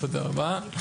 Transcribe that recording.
תודה רבה.